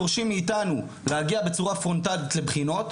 אתם דורשים מאיתנו להגיע בצורה פרונטלית לבחינות,